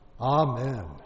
Amen